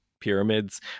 pyramids